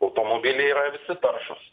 automobiliai yra visi taršūs